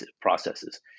processes